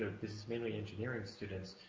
this is mainly engineering students,